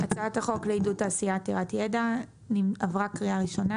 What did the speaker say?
הצעת החוק לעידוד תעשייה עתירת ידע עברה קריאה ראשונה,